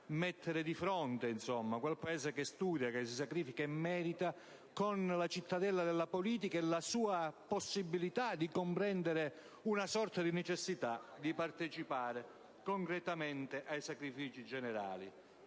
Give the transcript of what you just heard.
mettere di fronte, insomma, quel Paese che studia, che si sacrifica e merita, e la cittadella della politica, con la sua possibilità di comprendere una sorta di necessità di partecipare concretamente ai sacrifici generali.